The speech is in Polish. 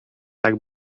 tak